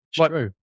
true